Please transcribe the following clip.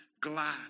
glad